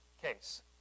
case